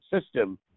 system